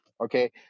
Okay